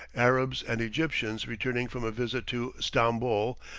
arabs and egyptians returning from a visit to stamboul,